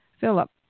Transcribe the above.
Philip